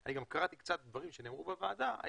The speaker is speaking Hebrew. אני קראתי דברים שנאמרו בוועדה,